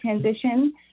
transition